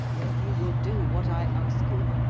if you will do what i ask you,